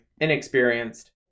inexperienced